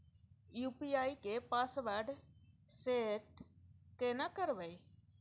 UPI के password set केना करबे?